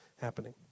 happening